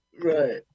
right